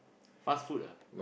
fast food ah